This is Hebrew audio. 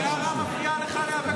מיארה מפריעה לך להיאבק ביוקר המחיה?